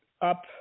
up